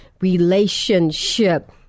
relationship